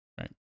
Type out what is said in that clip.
Right